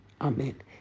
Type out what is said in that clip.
amen